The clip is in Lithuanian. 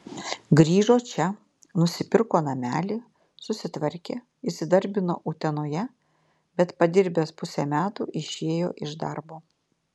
grįžo čia nusipirko namelį susitvarkė įsidarbino utenoje bet padirbęs pusę metų išėjo iš darbo